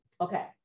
Okay